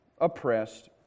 oppressed